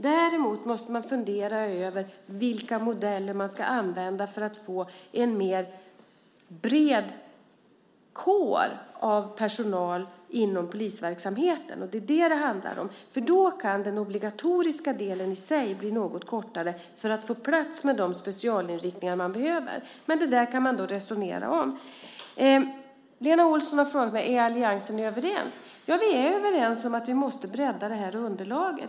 Däremot måste man fundera över vilka modeller man ska använda för att få en bredare personalkår inom polisverksamheten. Det är detta det handlar om. Då kan den obligatoriska delen i sig bli något kortare för att man ska få plats med de specialinriktningar man behöver. Men det kan man resonera om. Lena Olsson frågade mig om alliansen är överens. Ja, vi är överens om att vi måste bredda det här underlaget.